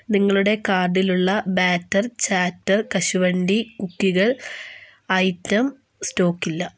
നിങ്ങളുടെ കാർഡിലുള്ള batter chatter കശുവണ്ടി കുക്കികൾ ഐറ്റം സ്റ്റോക്ക് ഇല്ല